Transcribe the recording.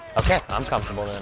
okay, i'm comfortable then.